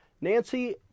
Nancy